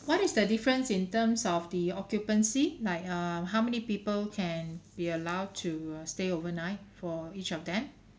what is the difference in terms of the occupancy like um how many people can be allow to uh stay overnight for each of them